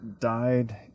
died